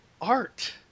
art